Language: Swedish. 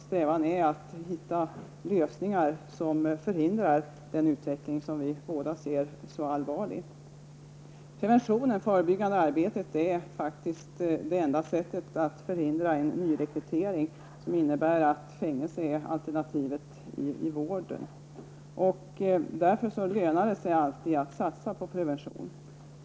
Strävan är att hitta lösningar som förhindrar en utveckling som vi båda ser som så allvarlig. Preventionen, det förebyggande arbetet, är faktiskt det enda sättet att förhindra en nyrekrytering som innebär att fängelse är det enda alternativet i vården. Det lönar sig därför alltid att satsa på prevention.